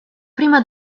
prima